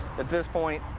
at this point,